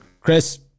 Chris